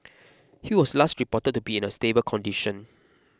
he was last reported to be in a stable condition